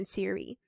Siri